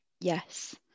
yes